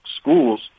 schools